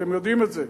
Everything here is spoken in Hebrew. אתם יודעים את זה.